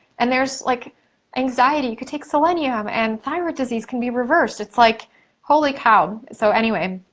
and there's like anxiety, you could take selenium. and thyroid disease can be reversed. it's like holy cow. so anyway,